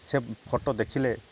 ସେ ଫଟୋ ଦେଖିଲେ